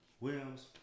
Williams